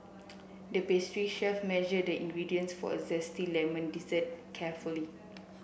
the pastry chef measured the ingredients for a zesty lemon dessert carefully